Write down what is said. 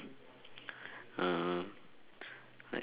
uh like